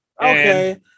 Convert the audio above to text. Okay